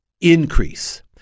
increase